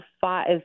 five